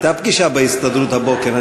הייתה פגישה בהסתדרות הבוקר,